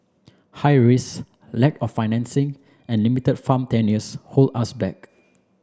high risk lack of financing and limited farm tenures hold us back